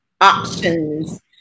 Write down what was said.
options